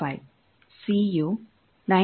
25 C U 9